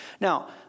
Now